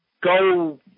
go